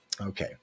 Okay